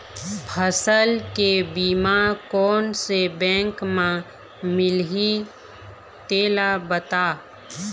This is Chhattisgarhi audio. फसल के बीमा कोन से बैंक म मिलही तेला बता?